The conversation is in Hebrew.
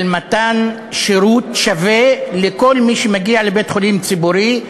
של מתן שירות שווה לכל מי שמגיע לבית-חולים ציבורי,